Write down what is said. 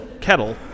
kettle